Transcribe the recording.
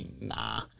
Nah